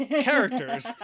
characters